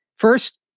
First